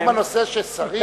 גם הנושא ששרים,